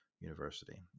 University